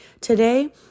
today